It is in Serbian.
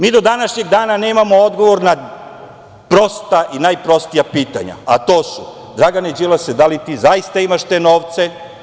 Mi do današnjeg dana nemamo odgovor na prosta i najprostija pitanja, a to su - Dragane Đilase, da li ti zaista imaš te novce?